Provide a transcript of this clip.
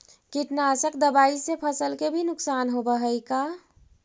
कीटनाशक दबाइ से फसल के भी नुकसान होब हई का?